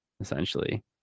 essentially